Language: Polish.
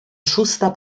szósta